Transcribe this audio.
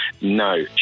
No